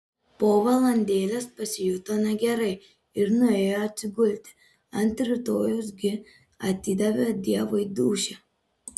po valandėlės pasijuto negerai ir nuėjo atsigulti ant rytojaus gi atidavė dievui dūšią